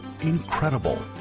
Incredible